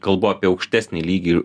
kalbu apie aukštesnį lygį ir